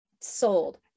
sold